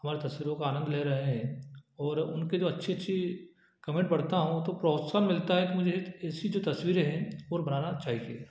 हमारी तस्वीरों का आनंद ले रहे हैं और उनके जो अच्छी अच्छी कमेंट पढ़ता हूँ तो प्रोत्साहन मिलता है कि मुझे ऐसी जो तस्वीरे हैं और बनाना चाहिए